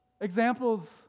examples